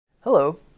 Hello